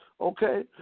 okay